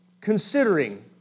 considering